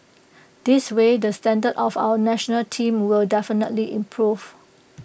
this way the standard of our National Team will definitely improve